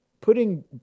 putting